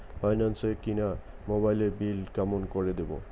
Finance এ কিনা মোবাইলের বিল কেমন করে দিবো?